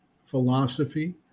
philosophy